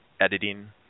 editing